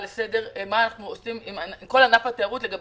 לסדר מה אנחנו עושים עם כל החל"ת של ענף התיירות.